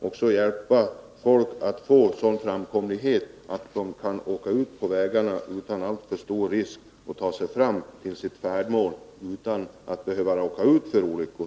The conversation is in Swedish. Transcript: Vi skall skapa en sådan framkomlighet på vägarna att människor kan trafikera dem utan alltför stora risker och ta sig fram till sitt färdmål utan att behöva råka ut för olyckor.